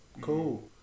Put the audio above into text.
Cool